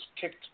kicked